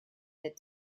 that